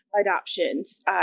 adoptions